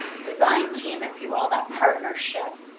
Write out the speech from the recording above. design team, if you will, that partnership,